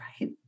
right